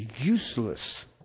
useless